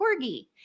Corgi